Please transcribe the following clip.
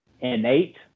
innate